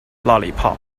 lollipop